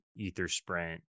EtherSprint